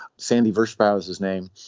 sandy first spouse's name.